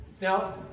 Now